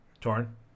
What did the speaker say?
Torn